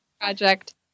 project